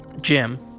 Jim